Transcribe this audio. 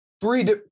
Three